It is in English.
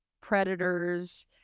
predators